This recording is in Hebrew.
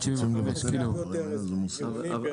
זה הרבה יותר עירוני פריפריאלי.